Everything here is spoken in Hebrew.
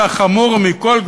והחמור מכול,